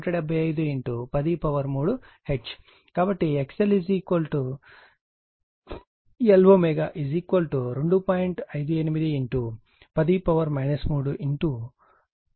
5810 3 ఈ విలువ హెన్రీ లో ఉంది f0 175 103 హెర్ట్జ్ కాబట్టి XL Lω 2